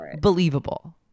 believable